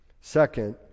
second